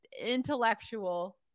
intellectual